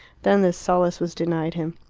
then this solace was denied him.